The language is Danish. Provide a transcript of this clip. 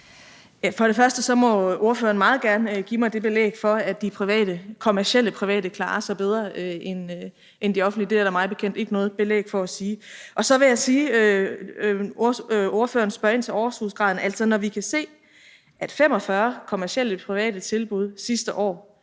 For det første må ordføreren meget gerne give mig det belæg for, at de kommercielle private klarer sig bedre end de offentlige. Det er der mig bekendt ikke noget belæg for at sige. Ordføreren spørger ind til overskudsgraden: Altså, når vi kan se, at 45 kommercielle private tilbud sidste år